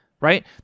right